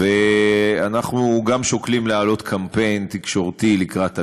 ואנחנו גם שוקלים להעלות קמפיין תקשורתי לקראת הקיץ.